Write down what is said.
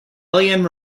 alien